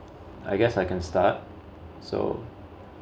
I guess I can start so